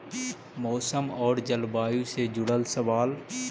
मौसम और जलवायु से जुड़ल सवाल?